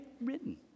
written